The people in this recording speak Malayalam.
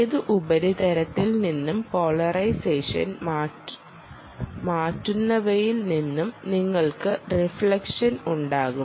ഏത് ഉപരിതലത്തിൽ നിന്നും പോളറൈസേഷൻ മാറ്റുന്നവയിൽ നിന്നും നിങ്ങൾക്ക് റിഫ്ളക്ഷൻ ഉണ്ടാകും